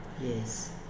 Yes